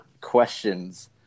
questions